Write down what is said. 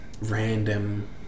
random